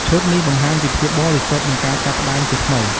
ឈុតនេះបង្ហាញពីភាពបរិសុទ្ធ និងការចាប់ផ្តើមជាថ្មី។